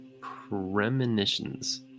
premonitions